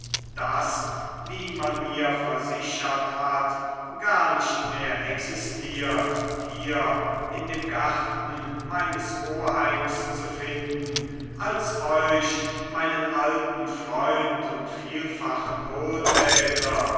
das wie man mir versichert hat gar nicht mehr existiert hier in dem garten meines oheims zu finden als euch meinen alten freund und vielfachen wohltäter